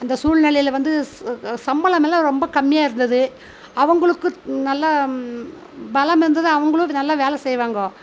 அந்த சூழ்நிலையில் வந்து சம்பளமெல்லாம் ரொம்ப கம்மியாக இருந்தது அவங்களுக்கு நல்லா பலம் இருந்துது அவங்களும் நல்லா வேலை செய்வாங்க